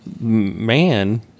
man